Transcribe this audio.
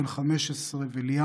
בן 15 וליאם,